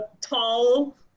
tall